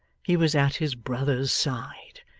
he was at his brother's side.